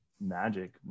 magic